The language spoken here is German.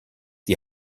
die